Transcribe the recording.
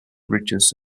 ridges